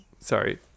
sorry